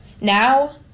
Now